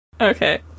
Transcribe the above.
Okay